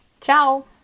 Ciao